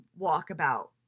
walkabout